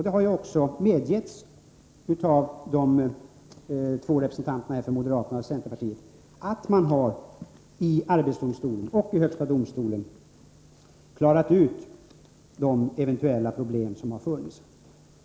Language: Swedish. Det har också medgivits av de båda representanterna för moderaterna och centern att man i arbetsdomstolen och högsta domstolen har klarat ut eventuella problem som har funnits.